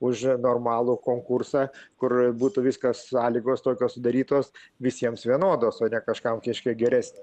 už normalų konkursą kur būtų viskas sąlygos tokios sudarytos visiems vienodos o ne kažkam kažkiek geresnė